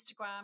Instagram